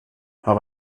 hab